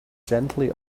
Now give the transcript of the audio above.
gently